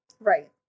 right